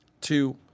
Two